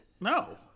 No